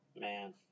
Man